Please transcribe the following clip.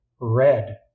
Red